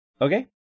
Okay